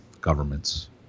governments